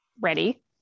ready